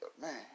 man